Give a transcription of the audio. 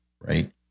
right